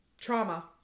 trauma